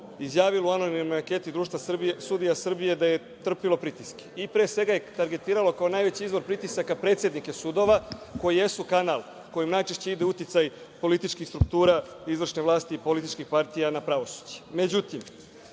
izjavilo u anonimnoj anketi Društva sudija Srbije da je trpelo pritiske, i pre svega je targetiralo kao najveći izvor pritisaka predsednike sudova, koji jesu kanal kojim najčešće ide uticaj političkih struktura izvršne vlasti i političkih partija na pravosuđe.